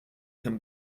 can